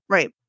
Right